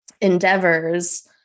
endeavors